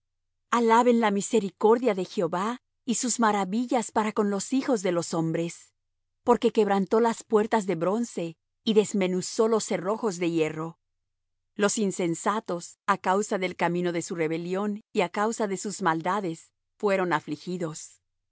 alaben la misericordia de jehová y sus maravillas para con los hijos de los hombres porque quebrantó las puertas de bronce y desmenuzó los cerrojos de hierro los insensatos á causa del camino de su rebelión y á causa de sus maldades fueron afligidos su